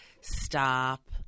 stop